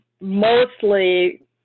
mostly